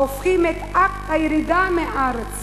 ההופכים את אקט הירידה מהארץ